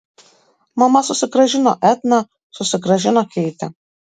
mama susigrąžino etną susigrąžino keitę